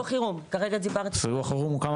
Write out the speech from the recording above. לא חירום.